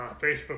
Facebook